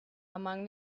among